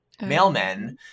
mailmen